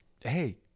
hey